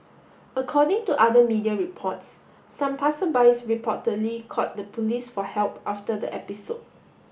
according to other media reports some passersbys reportedly called the police for help after the episode